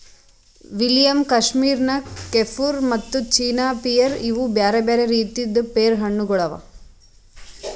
William, Kashmir Nakh, Kieffer ಮತ್ತ China pear ಇವು ಬ್ಯಾರೆ ಬ್ಯಾರೆ ರೀತಿದ್ ಪೇರು ಹಣ್ಣ ಗೊಳ್ ಅವಾ